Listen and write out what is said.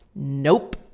Nope